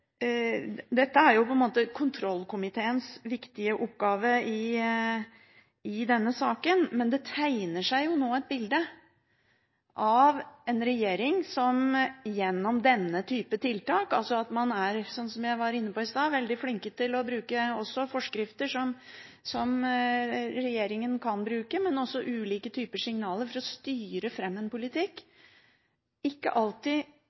Dette er kontrollkomiteens viktige oppgave i denne saken, men det tegner seg nå et bilde av en regjering som gjennom denne type tiltak ikke alltid har sikret seg det flertallet på forhånd. Man er, som jeg var inne på i stad, veldig flink til å bruke forskrifter, men sender også ulike typer signaler for å styre fram en politikk.